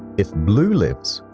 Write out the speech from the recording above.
if blue lives,